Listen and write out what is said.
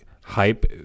hype